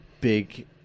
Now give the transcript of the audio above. big